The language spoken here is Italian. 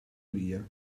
via